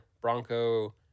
Bronco